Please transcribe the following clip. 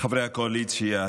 חברי הקואליציה,